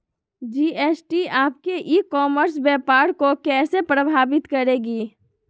GST आपके e commerce व्यापार को कैसे प्रभावित करेगी?